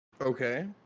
Okay